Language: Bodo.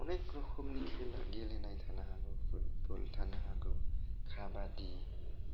अनेक रोखोमनि गेलेनाय थानो हागौ फुटबल थानो हागौ काबादि